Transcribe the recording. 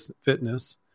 fitness